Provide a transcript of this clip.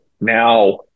now